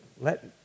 let